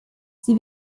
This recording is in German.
sie